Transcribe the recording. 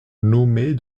nommée